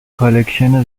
کالکشن